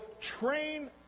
train